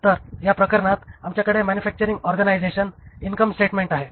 तर या प्रकरणात आमच्याकडे मॅनुफॅक्टरिंग ऑरगनायझेशन इनकम स्टेटमेंट आहे